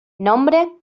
nombre